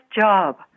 job